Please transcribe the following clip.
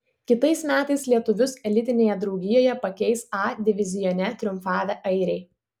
kitais metais lietuvius elitinėje draugijoje pakeis a divizione triumfavę airiai